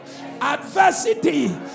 adversity